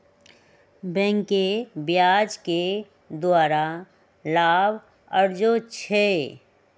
बैंके ब्याज के द्वारा लाभ अरजै छै